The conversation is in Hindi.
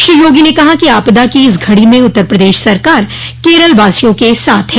श्री योगी ने कहा कि आपदा की इस घड़ी में उत्तर प्रदेश सरकार केरल वासियों के साथ है